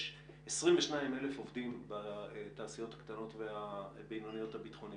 יש 22,000 עובדים בתעשיות הקטנות והבינוניות הביטחוניות.